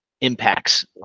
impacts